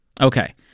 Okay